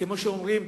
כמו שאומרים,